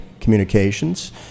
Communications